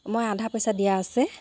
মই আধা পইচা দিয়া আছে